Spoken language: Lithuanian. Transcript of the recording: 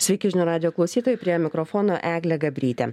sveiki žinių radijo klausytojai prie mikrofono eglė gabrytė